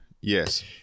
Yes